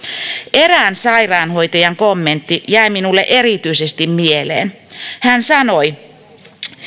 erään sairaanhoitajan kommentti jäi minulle erityisesti mieleen hän sanoi